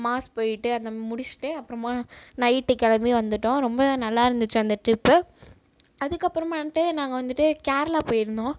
mass போயிட்டு அதை முடித்துட்டு அப்புறமா நைட்டு கிளம்பி வந்துட்டோம் ரொம்ப நல்லா இருந்துச்சு அந்த ட்ரிப்பு அதுக்கப்புறமேட்டு நாங்கள் வந்துட்டு கேரளா போயிருந்தோம்